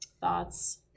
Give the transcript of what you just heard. thoughts